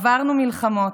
עברנו מלחמות,